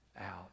out